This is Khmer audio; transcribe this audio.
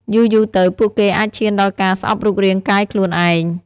យូរៗទៅ ពួកគេអាចឈានដល់ការស្អប់រូបរាងកាយខ្លួនឯង។